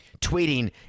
Tweeting